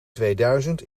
tweeduizend